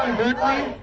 deadline